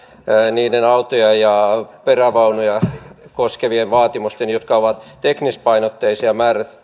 niiden autoja ja perävaunuja koskevien vaatimusten jotka ovat teknispainotteisia